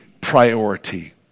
priority